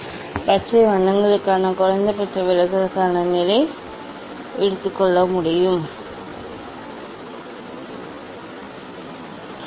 ஆம் எனவே இப்போது பச்சை வண்ணங்களுக்கான குறைந்தபட்ச விலகலுக்கான நிலை இதுதான் வாசிப்பை எடுத்துக் கொள்ளுங்கள் இதன்மூலம் நீங்கள் கவனிக்க வேண்டும்